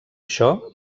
això